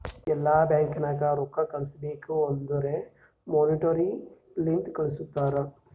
ಎಲ್ಲಾ ಬ್ಯಾಂಕ್ ನಾಗ್ ರೊಕ್ಕಾ ಕಳುಸ್ಬೇಕ್ ಅಂದುರ್ ಮೋನಿಟರಿ ಲಿಂತೆ ಕಳ್ಸುತಾರ್